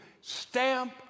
stamp